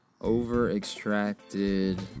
over-extracted